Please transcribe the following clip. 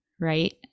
right